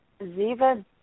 Ziva